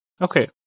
Okay